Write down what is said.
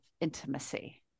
intimacy